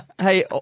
Hey